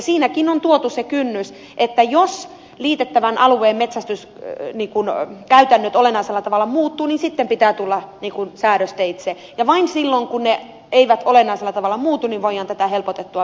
siinäkin on tuotu se kynnys että jos liitettävän alueen metsästys käy ilmi kun on metsästyskäytännöt olennaisella tavalla muuttuvat niin sitten pitää tulla säädösteitse ja vain silloin kun ne eivät olennaisella tavalla muutu voidaan tätä helpotettua menettelyä käyttää